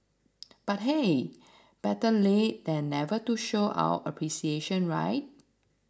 but hey better late than never to show our appreciation right